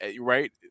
right